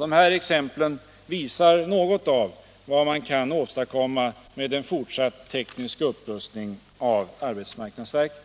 De här exemplen visar något av vad man kan åstadkomma med en fortsatt teknisk upprustning av arbetsmarknadsverket.